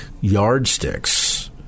yardsticks